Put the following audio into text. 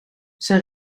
zijn